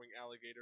alligator